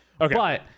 okay